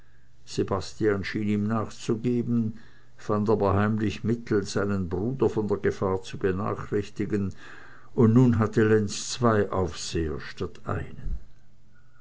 sebastian schien ihm nachzugeben fand aber heimlich mittel seinen bruder von der gefahr zu benachrichtigen und nun hatte lenz zwei aufseher statt einen